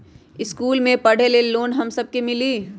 इश्कुल मे पढे ले लोन हम सब के मिली?